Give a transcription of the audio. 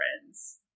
friends